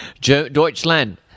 Deutschland